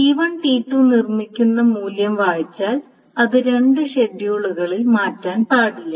T1 T2 നിർമ്മിക്കുന്ന മൂല്യം വായിച്ചാൽ അത് രണ്ട് ഷെഡ്യൂളുകളിൽ മാറ്റാൻ പാടില്ല